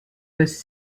was